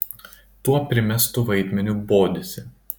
tuo primestu vaidmeniu bodisi